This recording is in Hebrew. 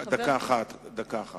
דקה אחת.